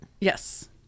Yes